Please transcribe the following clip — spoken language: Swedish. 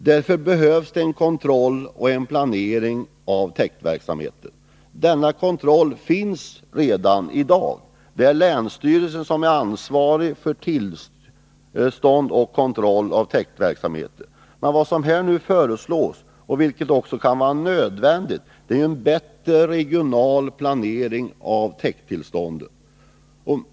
Det behövs därför kontroll och planering av täktverksamheten. Denna kontroll finns redan i dag. Det är länsstyrelsen som är ansvarig för tillstånd och kontroll av täktverksamheten. Vad som nu föreslås — något som också är nödvändigt — är en bättre regional planering av täkttillstånden.